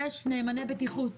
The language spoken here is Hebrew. יש נאמני בטיחות,